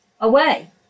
away